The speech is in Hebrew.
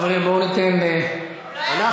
חברים, בואו ניתן לחבר הכנסת זחאלקה להמשיך.